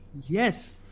Yes